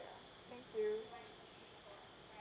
thank you